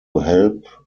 help